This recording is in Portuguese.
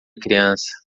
criança